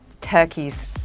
turkeys